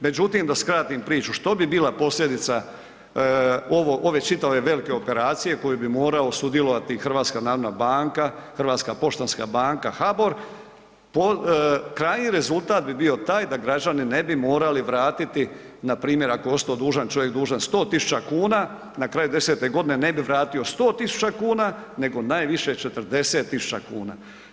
Međutim, da skratim priču, što bi bila posljedica ove čitave velike operacije u kojoj bi morao sudjelovati i HNB, Hrvatska poštanska banka, HABOR, krajnji rezultat bi bio taj da građani ne bi morali vratiti npr. ako je osto dužan, čovjek dužan 100.000 kuna na kraju 10-te godine ne bi vratio 100.000 kuna nego najviše 40.000 kuna.